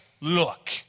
look